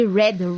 Red